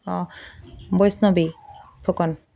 অ' Baishnavi Phukan